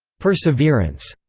perseverance,